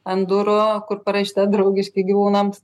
ant durų kur parašyta draugiški gyvūnams